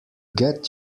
get